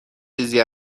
چیزی